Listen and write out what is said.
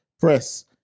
press